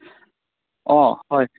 অ' হয়